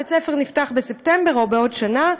ובית-הספר נפתח בספטמבר או בעוד שנה.